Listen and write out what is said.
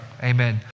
Amen